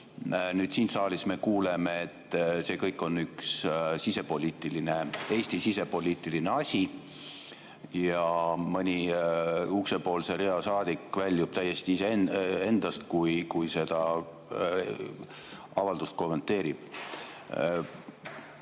Nüüd siin saalis me kuuleme, et see kõik on üks Eesti sisepoliitiline asi. Ja mõni uksepoolse rea saadik läheb täiesti endast välja, kui seda avaldust kommenteerib.